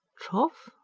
trough?